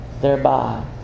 thereby